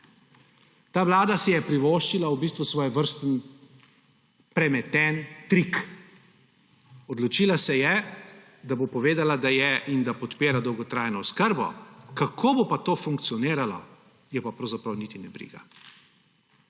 Ta vlada si je privoščila v bistvu svojevrsten premeten trik. Odločila se je, da bo povedala, da je in da podpira dolgotrajno oskrbo, kako bo pa to funkcioniralo, je pa pravzaprav niti ne briga.